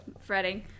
fretting